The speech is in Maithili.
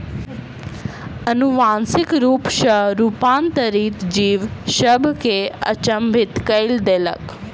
अनुवांशिक रूप सॅ रूपांतरित जीव सभ के अचंभित कय देलक